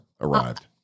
arrived